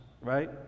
right